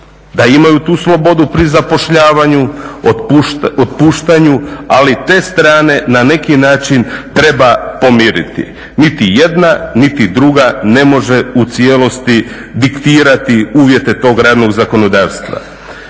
da imaju tu slobodu pri zapošljavanju, otpuštanju, ali te strane na neki način treba pomiriti. Niti jedna, niti druga ne može u cijelosti diktirati uvjete tog radnog zakonodavstva.